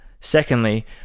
Secondly